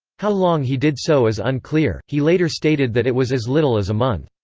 how long he did so is unclear he later stated that it was as little as a month.